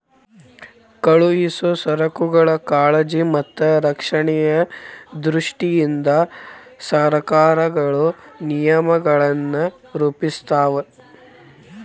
ಕಳುಹಿಸೊ ಸರಕುಗಳ ಕಾಳಜಿ ಮತ್ತ ರಕ್ಷಣೆಯ ದೃಷ್ಟಿಯಿಂದ ಸರಕಾರಗಳು ನಿಯಮಗಳನ್ನ ರೂಪಿಸ್ತಾವ